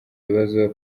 ibibazo